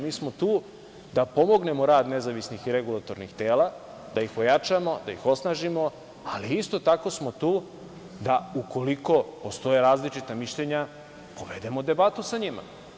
Mi smo tu da pomognemo rad nezavisnih i regulatornih tela, da ih ojačamo, da ih osnažimo, ali isto tako smo tu da ukoliko postoje različita mišljenja povedemo debatu sa njima.